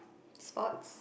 sports